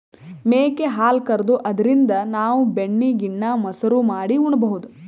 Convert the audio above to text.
ಮೇಕೆ ಹಾಲ್ ಕರ್ದು ಅದ್ರಿನ್ದ್ ನಾವ್ ಬೆಣ್ಣಿ ಗಿಣ್ಣಾ, ಮಸರು ಮಾಡಿ ಉಣಬಹುದ್